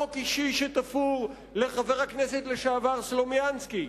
חוק אישי שתפור לחבר הכנסת לשעבר סלומינסקי,